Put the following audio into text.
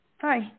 Hi